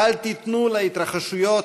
אל תיתנו להתרחשויות,